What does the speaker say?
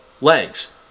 Legs